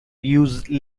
use